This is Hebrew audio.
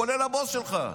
כולל הבוס שלך.